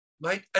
Mate